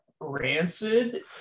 Rancid